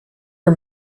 our